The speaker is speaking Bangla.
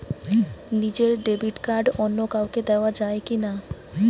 নিজের ডেবিট কার্ড অন্য কাউকে দেওয়া যায় কি না?